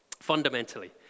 fundamentally